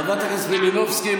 חברת הכנסת מלינובסקי,